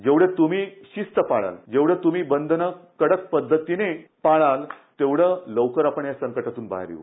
जेवढी शिस्त तुम्ही पाळला जेवढे तुम्ही बंधनं कडक पद्धतीने पाळला तेवढं लवकर आपण या संकटातून बाहेर येऊ